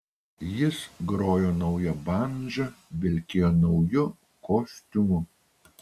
jis grojo nauja bandža vilkėjo nauju kostiumu